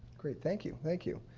great. thank you, thank you.